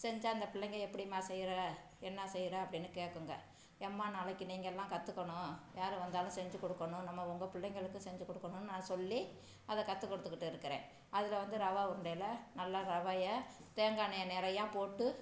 செஞ்சு அந்த பிள்ளைங்க எப்படிம்மா செய்யற என்ன செய்யற அப்படின்னு கேட்குங்க அம்மா நாளைக்கு நீங்கள்லாம் கற்றுக்கணும் யார் வந்தாலும் செஞ்சு கொடுக்கணும் நம்ம உங்கள் பிள்ளைகளுக்கு செஞ்சு கொடுக்கணுன்னு நான் சொல்லி அதை கற்று கொடுத்துகிட்டு இருக்கிறேன் அதில் வந்து ரவை உருண்டையில் நல்லா ரவையை தேங்காய் எண்ணெய் நிறையா போட்டு